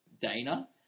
Dana